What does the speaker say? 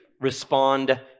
respond